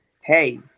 hey